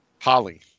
Holly